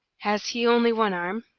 has he only one arm?